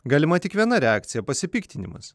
galima tik viena reakcija pasipiktinimas